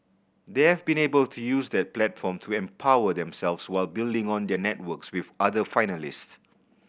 they have been able to use that platform to empower themselves while building on their networks with other finalists